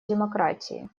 демократии